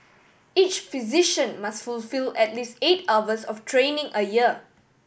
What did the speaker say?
each physician must fulfil at least eight hours of training a year